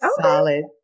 solid